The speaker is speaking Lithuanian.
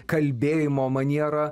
kalbėjimo maniera